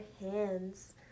hands